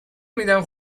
میدیم